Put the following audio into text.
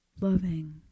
Loving